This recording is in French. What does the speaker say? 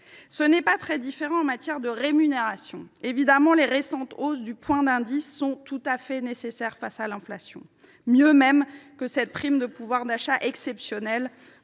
Ce n’est pas très différent en matière de rémunérations. Bien sûr, les récentes hausses du point d’indice sont tout à fait nécessaires face à l’inflation, plus encore que cette prime de pouvoir d’achat exceptionnelle